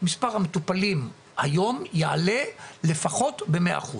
מספר המטופלים היום יעלה לפחות ב-100%